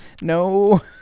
no